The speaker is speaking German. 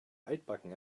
altbacken